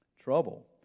Trouble